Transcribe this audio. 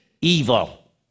evil